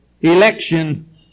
election